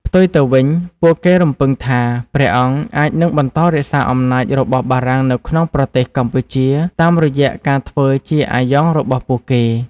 ផ្ទុយទៅវិញ ពួកគេរំពឹងថា ព្រះអង្គអាចនឹងបន្តរក្សាអំណាចរបស់បារាំងនៅក្នុងប្រទេសកម្ពុជា តាមរយៈការធ្វើជាអាយ៉ងរបស់ពួកគេ។